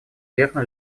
верно